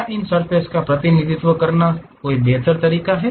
क्या इन सर्फ़ेस का प्रतिनिधित्व करने का कोई बेहतर तरीका है